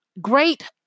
Great